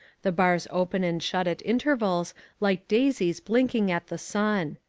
the bars open and shut at intervals like daisies blinking at the sun.